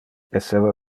esseva